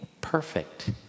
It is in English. perfect